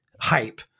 hype